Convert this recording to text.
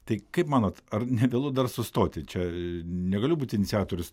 tai kaip manot ar nevėlu dar sustoti čia negaliu būti iniciatorius